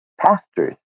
pastors